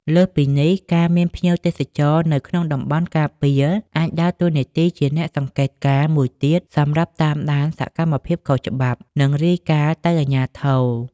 លើសពីនេះ ការមានភ្ញៀវទេសចរនៅក្នុងតំបន់ការពារអាចដើរតួជាអ្នកសង្កេតការ មួយទៀតសម្រាប់តាមដានសកម្មភាពខុសច្បាប់ និងរាយការណ៍ទៅអាជ្ញាធរ។